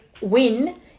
win